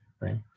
right